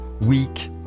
week